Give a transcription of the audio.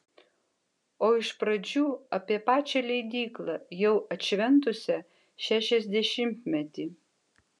o iš pradžių apie pačią leidyklą jau atšventusią šešiasdešimtmetį